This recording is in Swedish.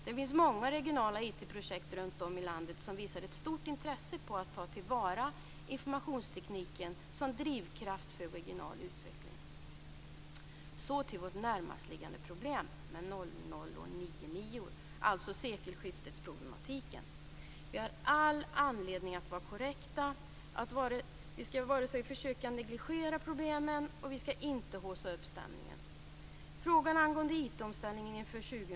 Det finns många regionala IT-projekt runt om i landet som visar ett stort intresse för att ta till vara informationstekniken som drivkraft för regional utveckling. Så till vårt närmast liggande problem med 99 och 00, dvs. sekelskiftesproblemet. Vi har all anledning att vara korrekta, dvs. vi skall varken negligera problemen eller haussa upp stämningen.